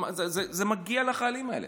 זה מגיע לחיילים האלה.